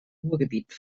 ruhrgebiet